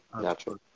natural